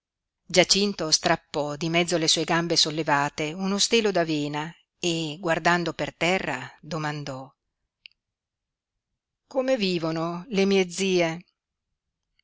giacinto strappò di mezzo alle sue gambe sollevate uno stelo d'avena e guardando per terra domandò come vivono le mie zie